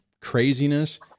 craziness